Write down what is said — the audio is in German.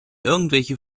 irgendwelche